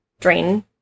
drain